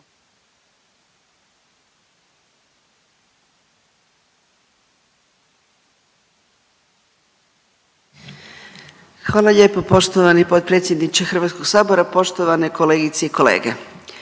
Hvala lijepo poštovani potpredsjedniče Hrvatskog sabora, poštovane kolegice i kolege.